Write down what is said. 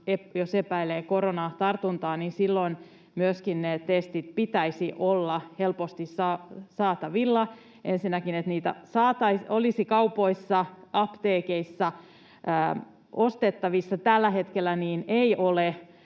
jos epäilee koronatartuntaa, niin silloin myöskin niiden testien pitäisi ensinnäkin olla helposti saatavilla, niin että niitä olisi kaupoissa ja apteekeissa ostettavissa — tällä hetkellä niin ei ole,